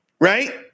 right